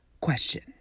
question